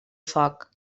foc